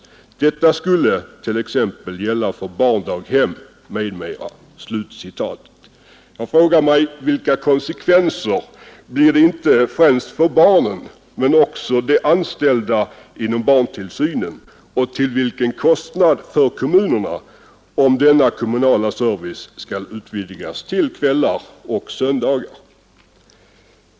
Detta skulle t.ex. gälla för barndaghem m.m.” Vilka konsekvenser blir det inte för främst barnen men också för de anställda inom barntillsynen och till vilken kostnad för kommunerna, om denna kommunala service skall utvidgas till kvällar och söndagar?